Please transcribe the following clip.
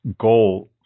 goal